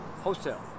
wholesale